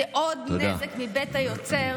זה עוד נזק מבית היוצר